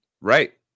Right